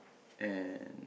and